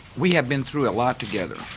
we have been through a lot together